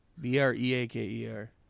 B-R-E-A-K-E-R